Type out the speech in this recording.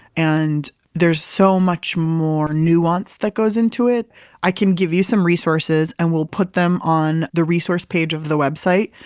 and there's so much more nuance that goes into it i can give you some resources and we'll put them on the resource page of the website.